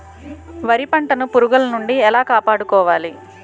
వరి పంటను పురుగుల నుండి ఎలా కాపాడుకోవాలి?